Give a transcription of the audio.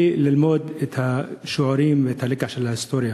ללמוד את השיעורים ואת הלקח של ההיסטוריה.